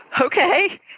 Okay